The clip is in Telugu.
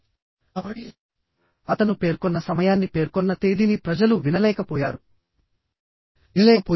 కాబట్టి అతను పేర్కొన్న సమయాన్ని పేర్కొన్న తేదీని ప్రజలు వినలేకపోయారు వినలేకపోయింది